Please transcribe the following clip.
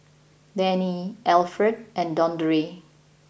Dayne Alfred and Dondre